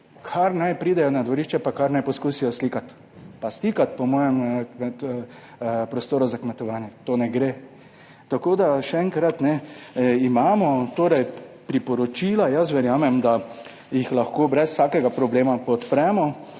Kar naj pridejo na dvorišče pa kar naj poskusijo slikati pa stikati po mojem v prostoru za kmetovanje. To ne gre. Tako da še enkrat, imamo torej priporočila. Jaz verjamem, da jih lahko brez vsakega problema podpremo.